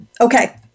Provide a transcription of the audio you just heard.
okay